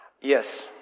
yes